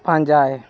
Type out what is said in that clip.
ᱯᱟᱸᱡᱟᱭ